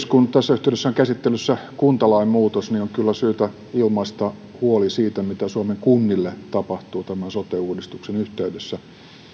kun tässä yhteydessä on käsittelyssä kuntalain muutos niin on kyllä syytä ilmaista huoli siitä mitä suomen kunnille tapahtuu tämän sote uudistuksen yhteydessä